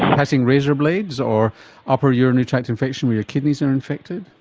passing razor blades, or upper urinary tract infection where your kidneys are infected?